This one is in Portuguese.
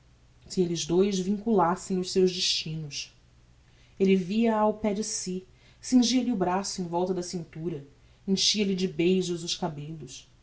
se elles dous vinculassem os seus destinos elle via-a ao pé de si cingia-lhe o braço em volta da cintura enchia-lhe de beijos os cabellos